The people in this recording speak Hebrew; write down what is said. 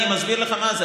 אני מסביר לך מה זה.